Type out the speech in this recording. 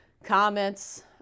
comments